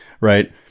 right